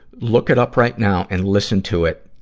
look it up right now and listen to it